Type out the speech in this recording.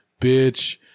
bitch